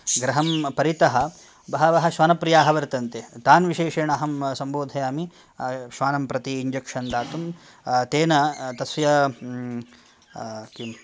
गृहं परितः बहवः श्वानप्रियाः वर्तन्ते तान् विशेषेण अहम् सम्बोधयामि श्वानं प्रति इंजेक्शन् दातुं तेन तस्य किं